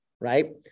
right